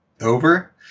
over